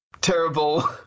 terrible